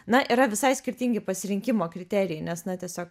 na yra visai skirtingi pasirinkimo kriterijai nes na tiesiog